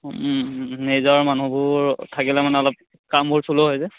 নিজৰ মানুহবোৰ থাকিলে মানে অলপ কামবোৰ স্ল' হৈ যে